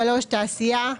תעשיה,